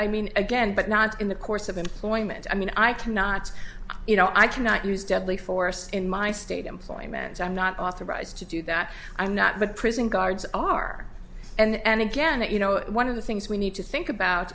i mean again but not in the course of employment i mean i cannot you know i cannot use deadly force in my state employment i'm not authorized to do that i'm not but prison guards are and again that you know one of the things we need to think about